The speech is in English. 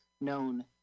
known